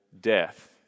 death